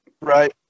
Right